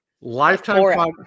Lifetime